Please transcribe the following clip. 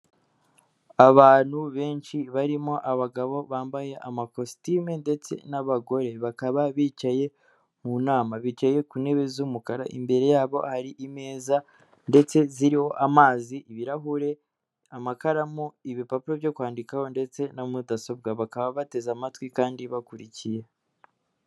Abantu benshi barimo abagabo bambaye amakositimu ndetse n'abagore, bakaba bicaye mu nama bicaye ku ntebe z'umukara imbere yabo hari imeza ndetse zirimo amazi, ibirahure, amakaramu, ibipapuro byo kwandikaho ndetse na mudasobwa, bakaba bateze amatwi kandi bakurikiye.